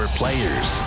players